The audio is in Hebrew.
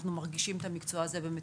אנחנו מרגישים את המקצוע הזה במצוקה.